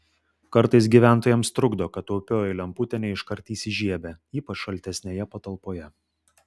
kartais gyventojams trukdo kad taupioji lemputė ne iškart įsižiebia ypač šaltesnėje patalpoje